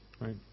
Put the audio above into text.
right